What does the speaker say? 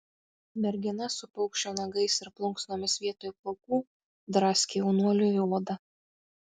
mergina su paukščio nagais ir plunksnomis vietoj plaukų draskė jaunuoliui odą